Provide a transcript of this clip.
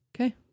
Okay